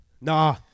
Nah